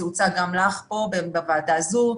זה הוצג גם לך פה בוועדה הזאת,